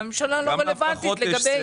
והממשלה לא רלוונטית לגבי הנושא של העלאת הריבית.